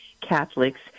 Catholics